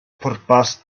pwrpas